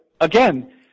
Again